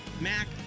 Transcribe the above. mac